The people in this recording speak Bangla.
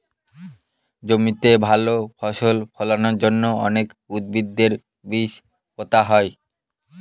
জমিতে ভালো ফসল ফলানোর জন্য অনেক উদ্ভিদের বীজ পোতা হয়